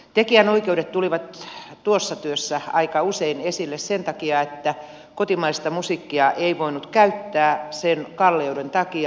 tekijänoikeudet tulivat tuossa työssä aika usein esille sen takia että kotimaista musiikkia ei voinut käyttää sen kalleuden takia